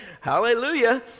Hallelujah